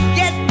get